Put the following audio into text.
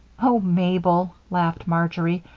oh, mabel, laughed marjory,